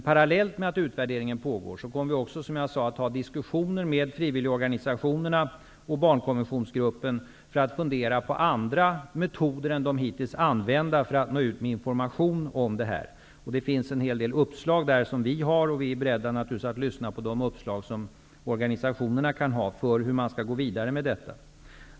Parallellt med att utvärderingen pågår, kommer vi också, som jag sade, att ha diskussioner med frivilligorganisationerna och barnkonventionsgruppen för att fundera på andra metoder än de hittills använda för att nå ut med information om detta. Vi har en del uppslag, och vi är naturligtvis beredda att lyssna på de uppslag som organisationerna kan ha för hur man skall gå vidare med detta.